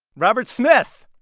robert smith,